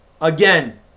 Again